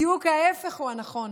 בדיוק ההפך הוא הנכון.